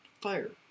fire